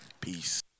Peace